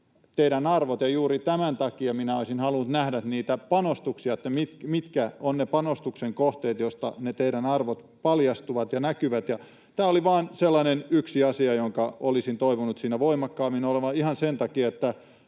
teidän arvot, ja juuri tämän takia minä olisin halunnut nähdä niitä panostuksia, että mitkä ovat ne panostuksen kohteet, joista ne teidän arvot paljastuvat ja näkyvät. Tämä oli vain sellainen yksi asia, jonka olisin toivonut siinä voimakkaammin olevan ihan sen takia, että